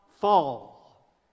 fall